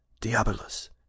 Diabolus